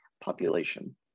population